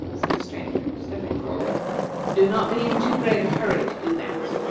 said the stranger, stepping forward do not be in too great a hurry to do that.